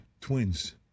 Twins